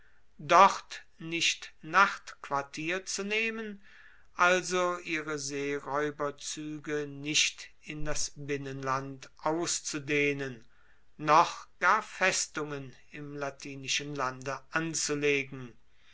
dort nicht nachtquartier zu nehmen also ihre seeraeuberzuege nicht in das binnenland auszudehnen noch gar festungen im latinischen lande anzulegen